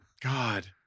God